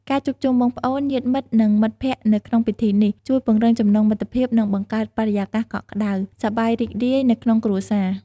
ការជួបជុំបងប្អូន ញាតិមិត្ត និងមិត្តភ័ក្តិនៅក្នុងពិធីនេះ ជួយពង្រឹងចំណងមិត្តភាព និងបង្កើតបរិយាកាសកក់ក្ដៅ សប្បាយរីករាយនៅក្នុងគ្រួសារ។